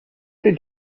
did